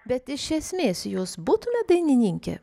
bet iš esmės jūs būtumėt dainininkė